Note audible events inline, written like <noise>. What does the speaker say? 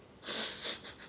<noise>